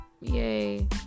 yay